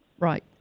Right